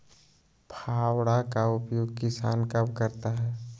फावड़ा का उपयोग किसान कब करता है?